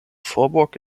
vorburg